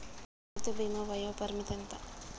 రైతు బీమా వయోపరిమితి ఎంత?